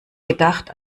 gedacht